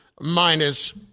minus